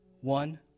One